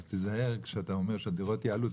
אז תיזהר כשאתה אומר שמחירי הדירות יעלו,